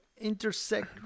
intersect